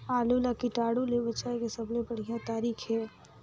आलू ला कीटाणु ले बचाय के सबले बढ़िया तारीक हे?